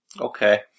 Okay